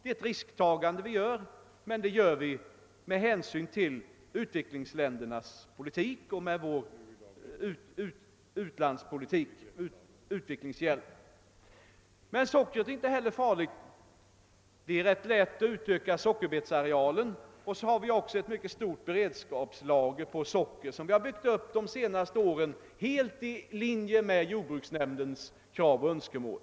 Detta innebär ett risktagande, men vi gör detta med hänsyn till vår politik när det gäller utvecklingshjälpen. Sockret är emellertid inte någon farlig produkt i detta sammanhang; det går ganska lätt att utöka sockerbetsarealen. Vi har också ett mycket stort beredskapslager av socker, som byggts upp under de senaste åren i linje med jordbruksnämndens krav och önskemål.